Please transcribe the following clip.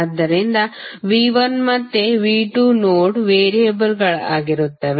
ಆದ್ದರಿಂದ V1 ಮತ್ತು V2 node ವೇರಿಯೇಬಲ್ಗಳಾಗಿರುತ್ತವೆ